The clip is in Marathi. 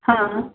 हां